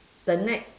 the net